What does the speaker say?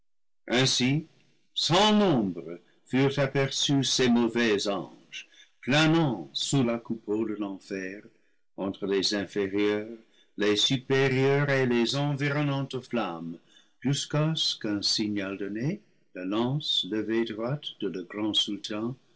furent aperçus ces mauvais anges planant sous la coupole de l'enfer entre les inférieures les supérieures et les environnantes flammes jusqu'à ce qu'un signal donné la lance levée droite de leur grand